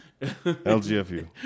lgfu